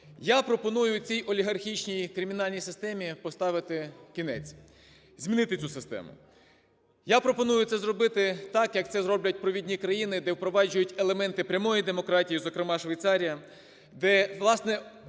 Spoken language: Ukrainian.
Я пропоную цій олігархічній кримінальній системі поставити кінець, змінити цю систему. Я пропоную це зробити так, як це зроблять провідні країни, де впроваджують елементи прямої демократії, зокрема Швейцарія, де, власне,